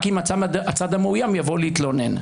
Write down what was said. רק אם הצד המאוים יבוא להתלונן.